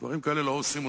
דברים כאלה לא עושים,